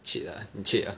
cheat ah 你 cheat ah